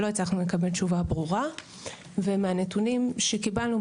לא הצלחנו לקבל תשובה ברורה ומהנתונים שקיבלנו,